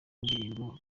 indirimbo